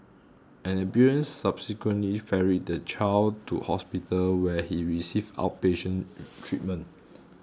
an ambulance subsequently ferried the child to hospital where he received outpatient treatment